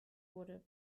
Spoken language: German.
wurde